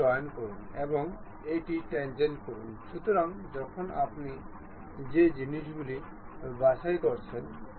এখন আমি শুধু চাকার উপর এই মাথা রাখব